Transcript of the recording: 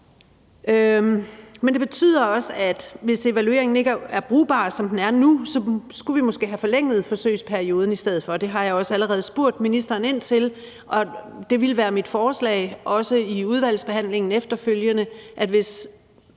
Men det betyder også, at hvis evalueringen ikke er brugbar, som den er nu, skulle vi måske have forlænget forsøgsperioden i stedet for. Det har jeg også allerede spurgt ministeren ind til, og det ville være mit forslag også i udvalgsbehandlingen efterfølgende, at hvis